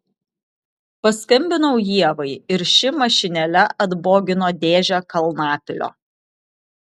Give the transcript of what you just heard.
paskambinau ievai ir ši mašinėle atbogino dėžę kalnapilio